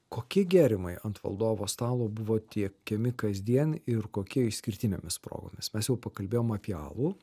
kokie gėrimai ant valdovo stalo buvo tiekiami kasdien ir kokie išskirtinėmis progomis mes jau pakalbėjom apie alų